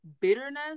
bitterness